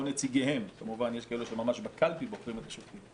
או נציגיהם יש כאלה שממש בקלפי בוחרים את השופטים,